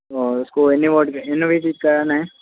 तो उसको इनोवेटिव कराना है